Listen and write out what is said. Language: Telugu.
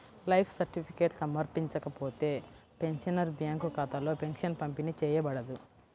లైఫ్ సర్టిఫికేట్ సమర్పించకపోతే, పెన్షనర్ బ్యేంకు ఖాతాలో పెన్షన్ పంపిణీ చేయబడదు